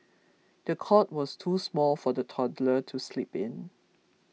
the cot was too small for the toddler to sleep in